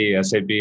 SAP